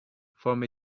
from